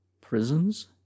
prisons